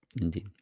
Indeed